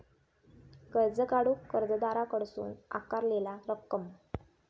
कर्ज काढूक कर्जदाराकडसून आकारलेला रक्कम